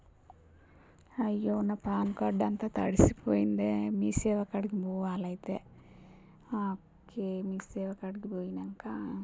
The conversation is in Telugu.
అయ్యో నా పాన్ కార్డ్ అంతా తడిసిపోయిందే మీసేవ కాడికి పోవాలి అయితే ఆకే మీసేవ కాడికి పోయినంక